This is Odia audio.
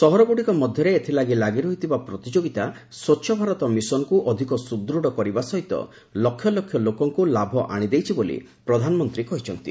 ସହରଗୁଡ଼ିକ ମଧ୍ୟରେ ଏଥିଲାଗି ଲାଗି ରହିଥିବା ପ୍ରତିଯୋଗୀତା ସ୍ୱଚ୍ଚଭାରତ ମିଶନକୁ ଅଧିକ ସୁଦୃଢ଼ କରିବା ସହିତ ଲକ୍ଷଲକ୍ଷ ଲୋକଙ୍କୁ ଲାଭ ଆଶିଦେଇଛି ବୋଲି ପ୍ରଧାନମନ୍ତ୍ରୀ କହିଛନ୍ତି